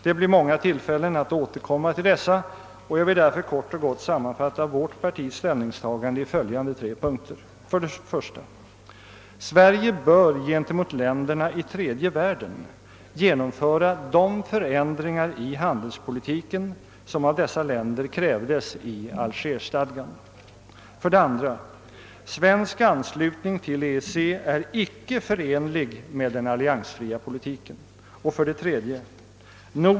Det blir många tillfällen att återkomma till dessa och jag vill därför kort och gott sammanfatta vårt ställningstagande i följande tre punkter: 1. Sverige bör gentemot länderna i tredje världen genomföra de förändringar av handelspolitiken, som av dessa krävdes i Algerstadgan. 2. Svensk anslutning till EEC är icke förenlig med den alliansfria politiken. 3.